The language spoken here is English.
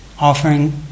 Offering